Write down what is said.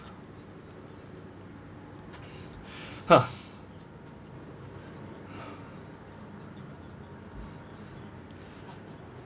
ha